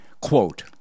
Quote